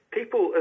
people